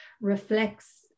reflects